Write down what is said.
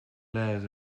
layers